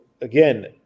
again